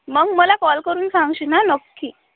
मग मला कॉल करून सांगशीन आ नक्की